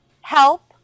help